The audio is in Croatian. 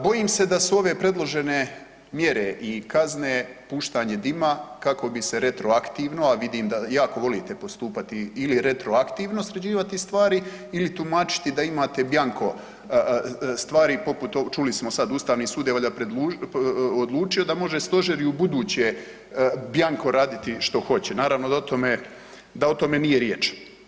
Bojim se da su ove predložene mjere i kazne puštanje dima kako bi se retroaktivno, a vidim da jako volite postupati ili retroaktivno sređivati stvari ili tumačiti da imate bianco stvari poput, čuli smo sad Ustavni sud je valjda odlučio da može stožer i ubuduće bianco raditi što hoće, naravno da o tome nije riječ.